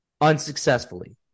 unsuccessfully